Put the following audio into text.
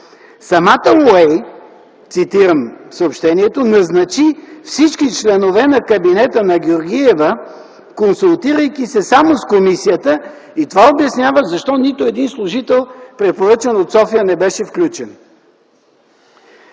„Самата Уей”, цитирам съобщението, „назначи всички членове на кабинета на Георгиева, консултирайки се само с Комисията”. Това обяснява защо нито един служител, препоръчан от София, не беше включен.